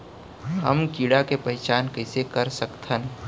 हम कीड़ा के पहिचान कईसे कर सकथन